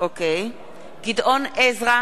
גדעון סער, נגד גדעון עזרא,